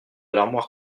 l’armoire